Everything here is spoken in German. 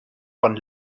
von